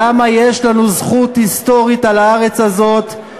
למה יש לנו זכות היסטורית על הארץ הזאת.